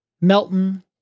Melton